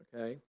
okay